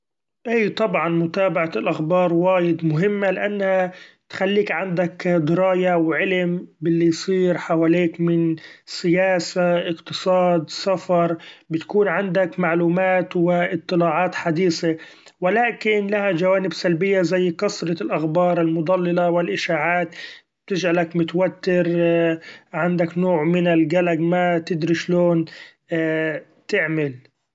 إي طبعا متابعة الأخبار وايد مهمة لأنها تخليك عندك دراية و علم بالي يصير حواليك من سياسة اقتصاد سفر بتكون عندك معلومات و اطلاعات حديثي ، و لكن لها جوانب سلبية زي كثرة الأخبار المضلله و الإشاعات تجعلك متوتر عندك نوع من القلق ما تدري شلون تعمل.